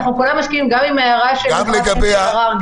אנחנו כולנו מסכימים גם עם ההערה של חברת הכנסת אלהרר,